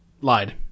Lied